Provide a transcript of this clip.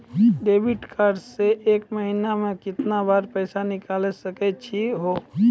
Debit card से एक महीना मा केतना बार पैसा निकल सकै छि हो?